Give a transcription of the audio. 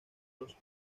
los